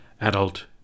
Adult